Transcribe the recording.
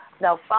Now